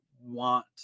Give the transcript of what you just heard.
want